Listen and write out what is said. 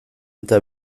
eta